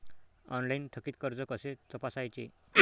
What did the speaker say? Online थकीत कर्ज कसे तपासायचे?